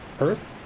earth